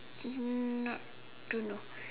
um not don't know